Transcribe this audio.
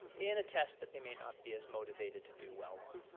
and a test that they may not be as motivated to do well on.